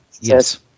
yes